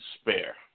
spare